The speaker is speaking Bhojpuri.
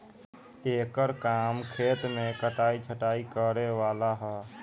एकर काम खेत मे कटाइ छटाइ करे वाला ह